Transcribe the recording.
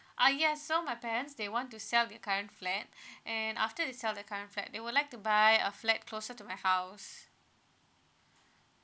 ah yes so my parents they want to sell their current flat and after they sell their current flat they would like to buy a flat closer to my house